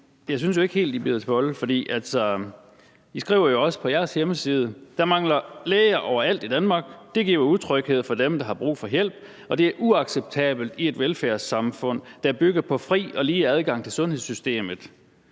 jeg synes ikke helt, at de bider til bolle. I skriver jo også på jeres hjemmeside: »Der mangler læger overalt i Danmark. Det giver utryghed for dem, der har brug for hjælp, og det er uacceptabelt i et velfærdssamfund, der bygger på fri og lige adgang til sundhedssystemet.«